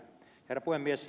herra puhemies